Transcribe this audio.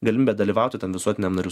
galimybę dalyvauti tam visuotiniam narių